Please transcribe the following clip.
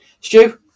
Stu